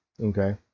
Okay